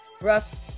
rough